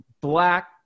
black